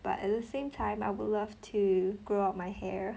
but at the same time I would love to grow out my hair